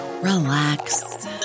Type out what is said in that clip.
relax